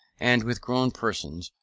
and with grown persons,